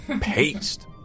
paste